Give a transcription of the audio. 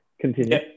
continue